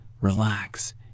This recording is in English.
relax